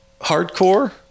hardcore